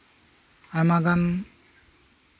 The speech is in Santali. ᱟᱭᱢᱟᱜᱟᱱ